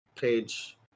page